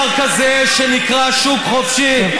יש דבר כזה שנקרא שוק חופשי,